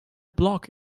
block